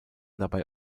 dabei